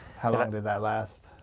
how long did that last?